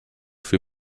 für